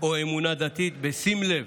או אמונה דתית, בשים לב